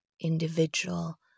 individual